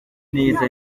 neza